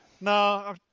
No